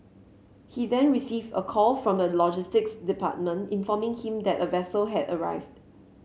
he then received a call from the logistics department informing him that a vessel had arrived